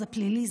זה פלילי,